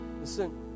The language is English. Listen